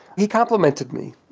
he complimented me.